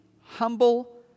humble